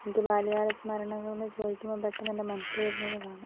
എനിക്ക് ബാല്യകാലസ്മരണകളെന്ന് ചോദിക്കുമ്പോൾ പെട്ടെന്ന് എൻ്റെ മനസ്സിൽ വരുന്നത് ഇതാണ്